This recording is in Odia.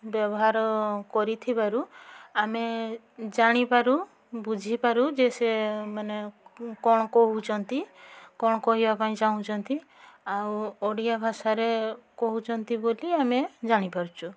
ବ୍ୟବହାର କରିଥିବାରୁ ଆମେ ଜାଣିପାରୁ ବୁଝିପାରୁ ଯେ ସିଏ ମାନେ କ'ଣ କହୁଛନ୍ତି କ'ଣ କହିବା ପାଇଁ ଚାହୁଁଛନ୍ତି ଆଉ ଓଡ଼ିଆ ଭାଷାରେ କହୁଛନ୍ତି ବୋଲି ଆମେ ଜାଣିପାରୁଛୁ